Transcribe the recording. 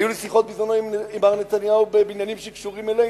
היו לי שיחות בזמנן עם מר נתניהו בעניינים שקשורים אלינו,